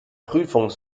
prüfung